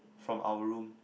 from our room